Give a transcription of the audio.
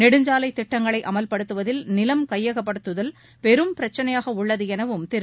நெடுஞ்சாலைத் திட்டங்களை அமல்படுத்துவதில் நிலம் கையகப்படுத்துதல் பெரும் பிரச்னையாக உள்ளது எனவும் திரு